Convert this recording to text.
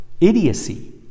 idiocy